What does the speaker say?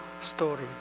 story